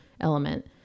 element